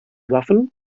waffen